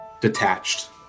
detached